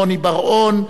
רוני בר-און,